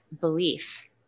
belief